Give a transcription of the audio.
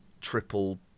triple